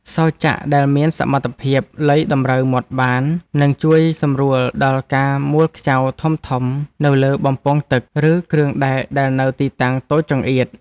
សោរចាក់ដែលមានសមត្ថភាពលៃតម្រូវមាត់បាន នឹងជួយសម្រួលដល់ការមួលខ្ចៅធំៗនៅលើបំពង់ទឹក ឬគ្រឿងដែកដែលនៅទីតាំងតូចចង្អៀត។